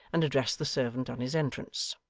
and addressed the servant on his entrance.